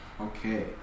Okay